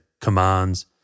commands